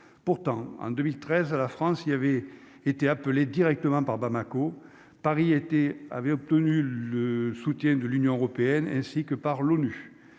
pourtant en 2013 à la France, il y avait été appelé directement par Bamako, Paris était avait obtenu le soutien de l'Union européenne ainsi que par l'ONU,